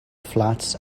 flats